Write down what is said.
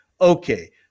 Okay